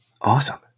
Awesome